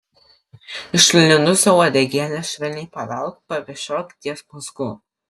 išlindusią uodegėlę švelniai pavelk papešiok ties mazgu